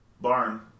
Barn